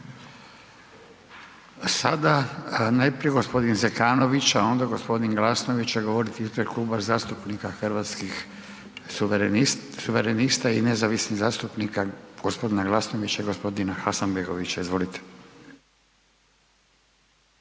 sada najprije gospodin Zekanović, a ona gospodin Glasnović će govoriti ispred Kluba zastupnika Hrvatskih suverenista i nezavisnih zastupnika gospodina Glasnovića i gospodina Hasanbevogića. Izvolite.